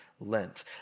Lent